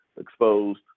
exposed